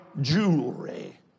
jewelry